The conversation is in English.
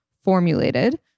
formulated